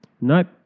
Nope